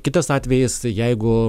kitas atvejis jeigu